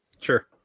Sure